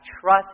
trust